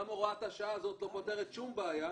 גם הוראת השעה הזאת לא פותרת שום בעיה,